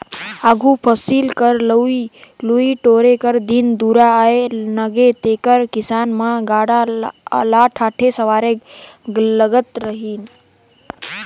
आघु फसिल कर लुए टोरे कर दिन दुरा आए नगे तेकर किसान मन गाड़ा ल ठाठे सवारे लगत रहिन